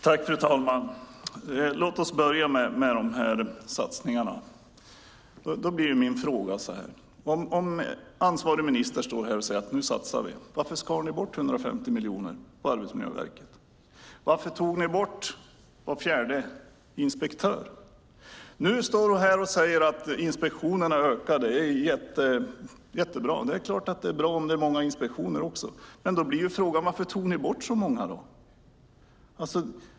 Fru talman! Låt oss börja med regeringens satsningar. Ansvarig minister står här och säger att nu satsar man. Varför skar ni bort 150 miljoner kronor på Arbetsmiljöverket? Varför tog ni bort var fjärde inspektör? Nu står hon här och säger att inspektionerna ökar. Det är jättebra. Det är klart att det är bra om det är många inspektioner. Men då blir frågan: Varför tog ni då bort så många?